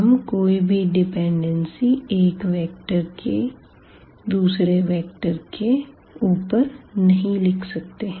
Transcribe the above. तो हम कोई भी डिपेंडेंसी एक वेक्टर की दूसरे वेक्टर पर नहीं लिख सकते